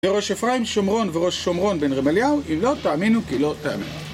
לראש אפרים שומרון וראש שומרון בן רמליהו, אם לא, תאמינו כי לא תאמינו.